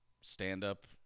stand-up